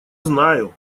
знаю